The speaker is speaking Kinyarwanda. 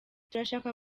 turashaka